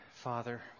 Father